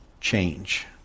change